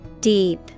Deep